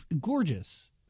gorgeous